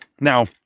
Now